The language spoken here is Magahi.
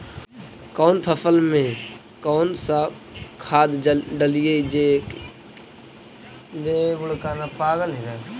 कौन फसल मे कौन सा खाध डलियय जे की पैदा जादे होतय?